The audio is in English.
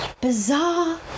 bizarre